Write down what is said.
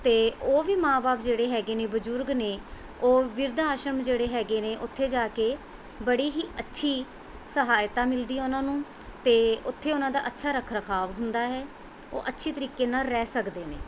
ਅਤੇ ਉਹ ਵੀ ਮਾਂ ਬਾਪ ਜਿਹੜੇ ਹੈਗੇ ਨੇ ਬਜ਼ੁਰਗ ਨੇ ਉਹ ਬਿਰਧ ਆਸ਼ਰਮ ਜਿਹੜੇ ਹੈਗੇ ਨੇ ਉੱਥੇ ਜਾ ਕੇ ਬੜੇ ਹੀ ਅੱਛੀ ਸਹਾਇਤਾ ਮਿਲਦੀ ਹੈ ਉਹਨਾਂ ਨੂੰ ਅਤੇ ਉੱਥੇ ਉਹਨਾਂ ਦਾ ਅੱਛਾ ਰੱਖ ਰਖਾਵ ਹੁੰਦਾ ਹੈ ਉਹ ਅੱਛੀ ਤਰੀਕੇ ਨਾਲ ਰਹਿ ਸਕਦੇ ਨੇ